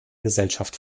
gesellschaft